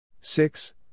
six